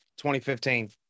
2015